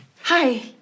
Hi